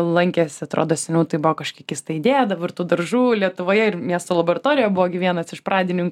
lankėsi atrodo seniau tai buvo kažkokia keista idėja dabar tų daržų lietuvoje ir miesto laboratorija buvo gi vienas iš pradininkų